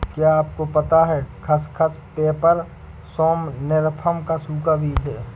क्या आपको पता है खसखस, पैपर सोमनिफरम का सूखा बीज है?